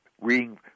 reading –